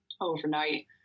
overnight